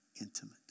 intimate